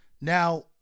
Now